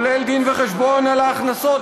כולל דין וחשבון על ההכנסות